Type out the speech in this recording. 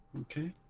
okay